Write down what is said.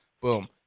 Boom